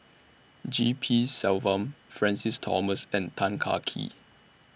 G P Selvam Francis Thomas and Tan Kah Kee